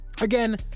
again